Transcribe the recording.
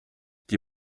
die